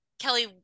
Kelly